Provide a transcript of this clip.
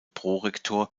prorektor